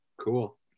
cool